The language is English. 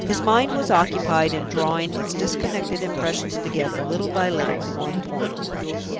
his mind was occupied in drawing its disconnected impressions together, little by little, to one point.